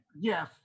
Yes